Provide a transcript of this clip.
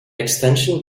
extension